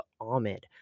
Ahmed